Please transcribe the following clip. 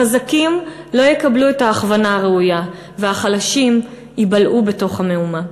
החזקים לא יקבלו את ההכוונה הראויה והחלשים ייבלעו בתוך המהומה.